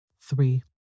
Three